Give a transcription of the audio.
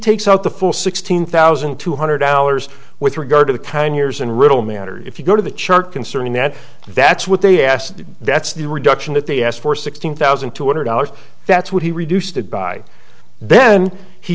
takes out the full sixteen thousand two hundred dollars with regard to the kind years unriddle matter if you go to the chart concerning that that's what they asked that's the reduction that they asked for sixteen thousand two hundred dollars that's what he reduced it by then he